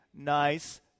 nice